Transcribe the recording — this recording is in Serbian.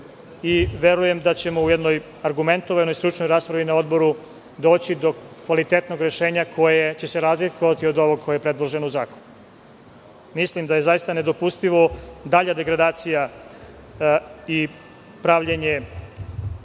Verujem da ćemo u jednoj argumentovanoj stručnoj raspravi na Odboru doći do kvalitetnog rešenja koje će se razlikovati od ovog koje je predloženo u zakonu. Mislim da je zaista nedopustiva dalja degradacija i pravljenje